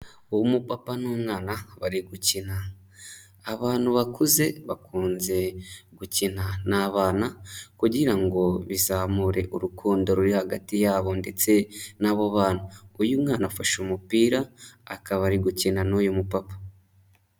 Uwo mupapa n'umwana bari gukina abantu bakuze bakunze gukina n'abana, kugira ngo bizamure urukundo ruri hagati yabo ndetse n'abo bana uyu mwana afashe umupira akaba ari gukina n'uyu mupapa.